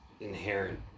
inherent